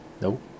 Nope